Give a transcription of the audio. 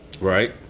right